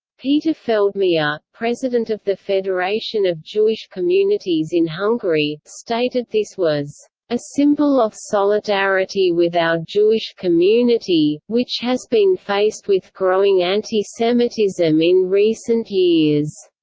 peter feldmajer, president of the federation of jewish communities in hungary, stated this was a symbol of solidarity with our jewish community, which has been faced with growing anti-semitism in recent years.